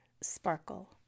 sparkle